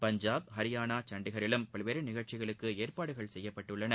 பஞ்சாப் ஹரியானா சண்டிகரிலும் பல்வேறு நிகழ்ச்சிகளுக்கு ஏற்பாடுகள் செய்யப்பட்டுள்ளன